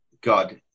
God